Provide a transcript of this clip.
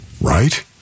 right